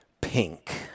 pink